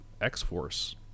X-Force